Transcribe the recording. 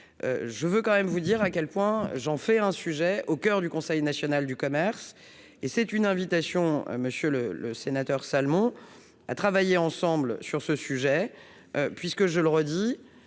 je veux quand même vous dire à quel point j'en fais un sujet au coeur du conseil national du commerce et c'est une invitation monsieur le le sénateur à travailler ensemble sur ce sujet puisque, je le redis,